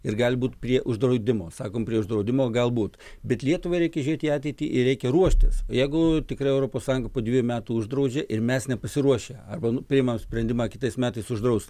ir gali būt prie uždraudimo sakom prie draudimo galbūt bet lietuvai reikia žiūrėt į ateitį ir reikia ruoštis jeigu tikrai europos sąjunga po dviejų metų uždraudžia ir mes nepasiruošę arba priimam sprendimą kitais metais uždraust